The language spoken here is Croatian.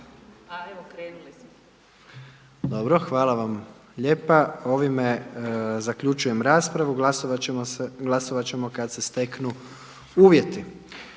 Dobro. Hvala vam lijepa. Ovime zaključujem raspravu. Glasovati ćemo kada se steknu uvjeti.